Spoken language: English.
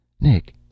Nick